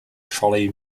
trolley